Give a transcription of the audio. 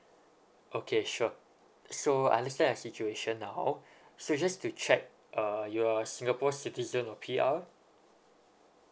okay sure so understand your situation now so just to check uh you are singapore citizen or P_R